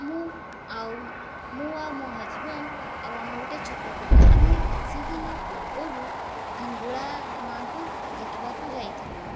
ମୁଁ ଆଉ ମୁଁ ଆଉ ମୋ ହଜ୍ବ୍ୟାଣ୍ଡ ଆଉ ଆମର ଗୋଟେ ଛୋଟ ପିଲା ଆମେ କିଛି ଦିନ ପୂର୍ବରୁ ହିଙ୍ଗୁଳା ମାଆଙ୍କୁ ଦେଖିବାକୁ ଯାଇଥିଲୁ